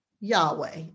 Yahweh